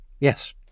Yes